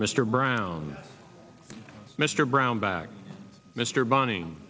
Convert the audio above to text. mr brown mr brownback mr bunn